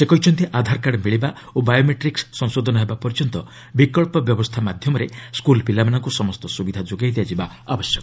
ସେ କହିଛନ୍ତି ଆଧାର କାର୍ଡ଼ ମିଳିବା ଓ ବାୟୋମେଟ୍ରିକ୍ସ୍ ସଂଶୋଧନ ହେବା ପର୍ଯ୍ୟନ୍ତ ବିକଳ୍ପ ବ୍ୟବସ୍ଥା ମାଧ୍ୟମରେ ସ୍କୁଲ୍ ପିଲାମାନଙ୍କୁ ସମସ୍ତ ସୁବିଧା ଯୋଗାଇ ଦିଆଯିବା ଆବଶ୍ୟକ